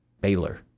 Baylor